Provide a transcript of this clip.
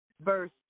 verse